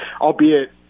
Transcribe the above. albeit